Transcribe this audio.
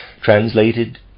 Translated